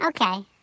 Okay